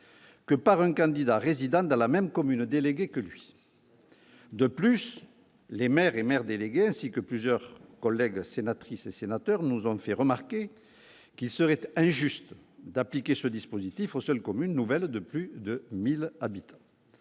que par un candidat résidant dans la même commune déléguée que lui. De plus, des maires et maires délégués, ainsi que plusieurs collègues sénatrices et sénateurs, nous ont fait remarquer qu'il serait injuste d'appliquer ce dispositif aux seules communes nouvelles de plus de 1 000 habitants.